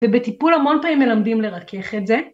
ובטיפול המון פעמים מלמדים לרכח את זה.